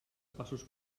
passos